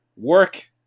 Work